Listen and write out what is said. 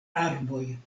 arboj